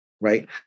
right